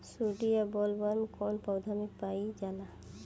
सुंडी या बॉलवर्म कौन पौधा में पाइल जाला?